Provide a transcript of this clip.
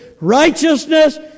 righteousness